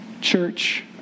Church